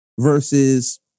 versus